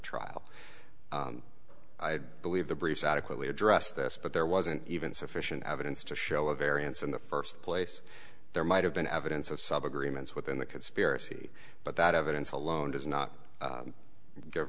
trial i believe the briefs adequately addressed this but there wasn't even sufficient evidence to show a variance in the first place there might have been evidence of sub agreements within the conspiracy but that evidence alone does not give